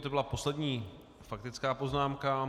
To byla poslední faktická poznámka.